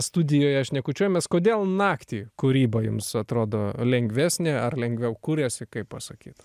studijoje šnekučiuojamės kodėl naktį kūryba jums atrodo lengvesnė ar lengviau kuriasi kaip pasakyt